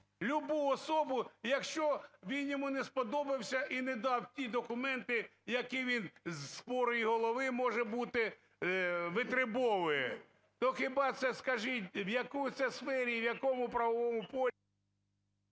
любу особу, якщо він йому не сподобався і не дав ті документи, які він з хворої голови, може бути, витребовує. То хіба це, скажіть, в якій це сфері, в якому правовому полі…